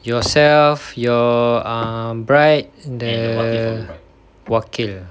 yourself your err bride the the wakil